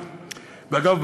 ואגב,